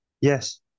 yes